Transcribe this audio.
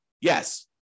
Yes